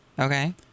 Okay